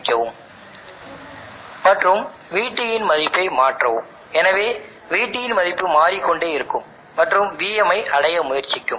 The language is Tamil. அத்தகைய நிபந்தனையின் கீழ் iT Im உடன் பொருந்தும்